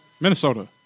Minnesota